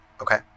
Okay